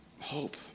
Hope